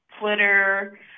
Twitter